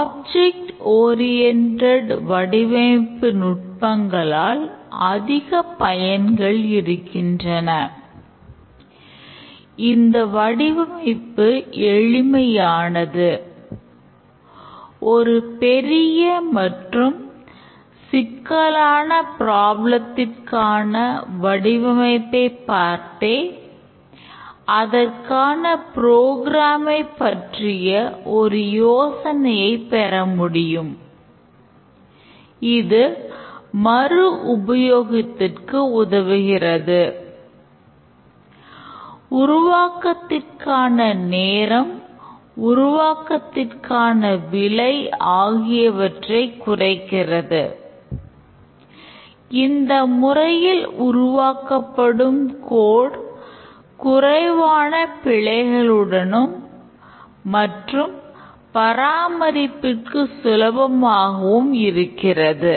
object oriented குறைவான பிழைகளுடனும் மற்றும் பராமரிப்பதற்கு சுலபமாகவும் இருக்கிறது